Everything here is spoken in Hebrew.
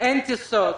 ואין טיסות.